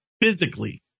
physically